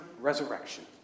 resurrection